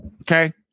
Okay